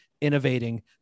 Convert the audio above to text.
innovating